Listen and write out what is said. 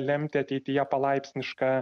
lemti ateityje palaipsnišką